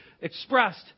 expressed